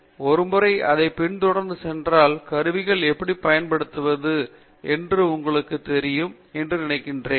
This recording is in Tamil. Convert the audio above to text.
பேராசிரியர் ஸ்ரீகாந்த் வேதாந்தம் ஒருமுறை அதைப் பின்தொடர்ந்து சென்றால் கருவிகளை எப்படிப் பயன்படுத்துவது என்று உங்களுக்குத் தெரியும் என நினைக்கிறேன்